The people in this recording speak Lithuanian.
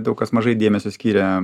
daug kas mažai dėmesio skyrė